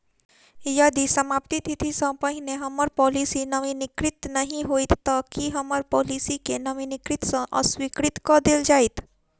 यदि समाप्ति तिथि सँ पहिने हम्मर पॉलिसी नवीनीकृत नहि होइत तऽ की हम्मर पॉलिसी केँ नवीनीकृत सँ अस्वीकृत कऽ देल जाइत?